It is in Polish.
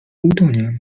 utonie